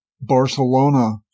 Barcelona